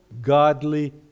godly